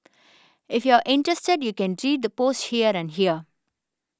if you're interested you can read the posts here and here